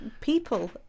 people